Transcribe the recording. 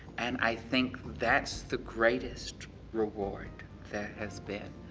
and i think that's the greatest reward there has been.